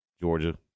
Georgia